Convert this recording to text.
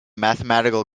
mathematical